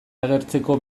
agertzeko